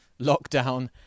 lockdown